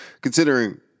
Considering